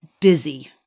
busy